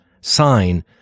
sign